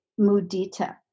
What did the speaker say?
mudita